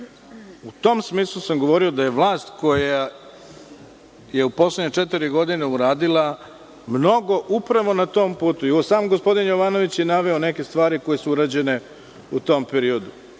U tom smislu sam govorio da je vlast koja je u poslednje četiri godine uradila mnogo upravo na tom putu. Sam gospodin Jovanović je naveo neke stvari koje su urađene u tom periodu.